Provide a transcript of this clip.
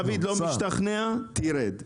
אם דוד לא משתכנע, תרד מזה.